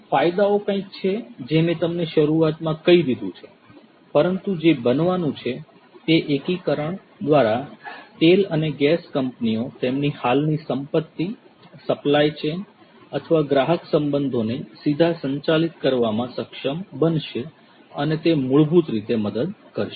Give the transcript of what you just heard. ફાયદાઓ કંઈક છે જે મેં તમને શરૂઆતમાં કહી દીધું છે પરંતુ જે બનવાનું છે તે એકીકરણ દ્વારા તેલ અને ગેસ કંપનીઓ તેમની હાલની સંપત્તિ સપ્લાય ચેન અથવા ગ્રાહક સંબંધોને સીધા સંચાલિત કરવામાં સક્ષમ બનશે અને તે મૂળભૂત રીતે મદદ કરશે